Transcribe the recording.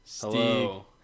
Hello